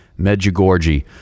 Medjugorje